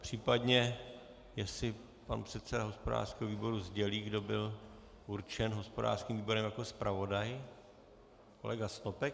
Případně jestli pan předseda hospodářského výboru sdělí, kdo byl určen hospodářským výborem jako zpravodaj. Kolega Snopek.